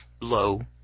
low